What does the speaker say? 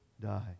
die